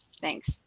Thanks